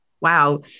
wow